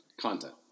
content